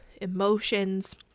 emotions